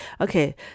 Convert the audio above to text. okay